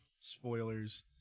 spoilers